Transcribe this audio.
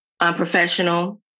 unprofessional